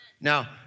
Now